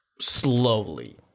slowly